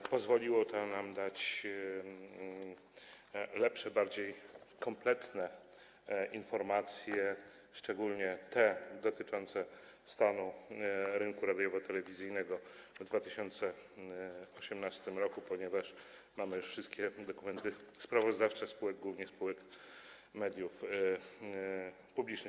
To pozwoliło nam dać lepsze, bardziej kompletne informacje, szczególnie te dotyczące stanu rynku radiowo-telewizyjnego w 2018 r., ponieważ mamy już wszystkie dokumenty sprawozdawcze spółek, głównie spółek mediów publicznych.